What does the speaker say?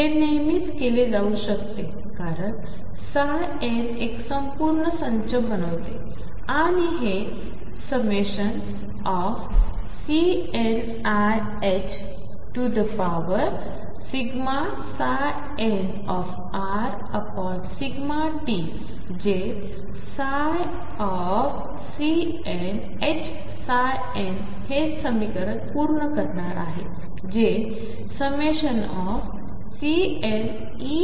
हेनेहमीचकेलेजाऊशकतेकारणnएकसंपूर्णसंचबनवतेआणिहे∑Cniℏn∂tजे∑CnHnहेसमीकरणपूर्णकरणारआहेजे∑CnEnn